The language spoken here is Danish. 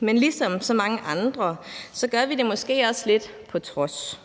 Men ligesom så mange andre gør vi det måske også lidt på trods.